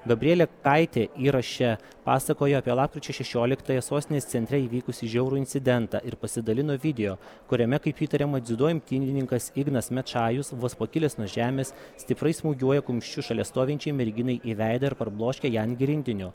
gabrielė kaitė įraše pasakoja apie lapkričio šešioliktąją sostinės centre įvykusį žiaurų incidentą ir pasidalino video kuriame kaip įtariama dziudo imtynininkas ignas mečajus vos pakilęs nuo žemės stipriai smūgiuoja kumščiu šalia stovinčiai merginai į veidą ir parbloškia ją ant grindinio